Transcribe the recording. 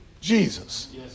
Jesus